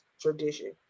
tradition